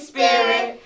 Spirit